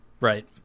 Right